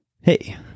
hey